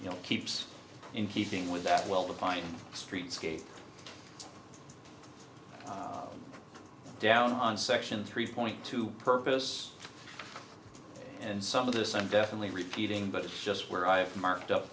you know keeps in keeping with that well the pine street skate down on section three point two purpose and some of this i'm definitely repeating but it's just where i've marked up